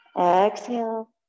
Exhale